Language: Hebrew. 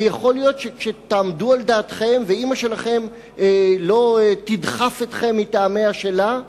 ויכול להיות שכאשר תעמדו על דעתכם ואמא שלכם לא תדחף אתכם מטעמיה שלה,